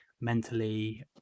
mentally